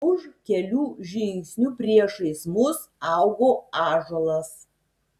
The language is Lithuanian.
už kelių žingsnių priešais mus augo ąžuolas